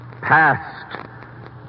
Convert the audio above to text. Past